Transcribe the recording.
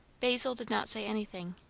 basil did not say anything,